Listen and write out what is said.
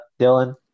Dylan